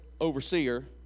overseer